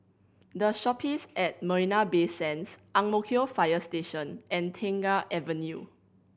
The Shoppes at Marina Bay Sands Ang Mo Kio Fire Station and Tengah Avenue